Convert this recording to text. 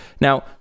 now